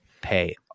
Pay